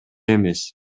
эмес